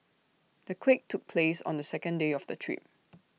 the quake took place on the second day of the trip